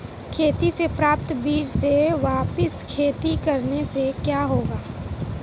खेती से प्राप्त बीज से वापिस खेती करने से क्या होगा?